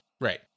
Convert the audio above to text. Right